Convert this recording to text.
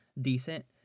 decent